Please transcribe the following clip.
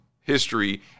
history